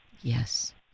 Yes